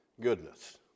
Goodness